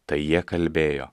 tai jie kalbėjo